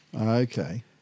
Okay